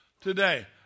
today